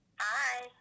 Hi